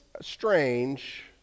strange